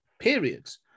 periods